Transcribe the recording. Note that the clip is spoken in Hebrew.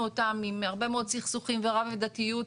אותם עם הרבה מאוד סכסוכים ורב עדתיות,